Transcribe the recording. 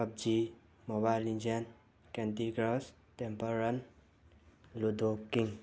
pub G mobile legend candy crush temple run ludo king